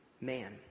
man